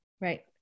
right